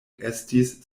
estis